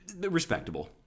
respectable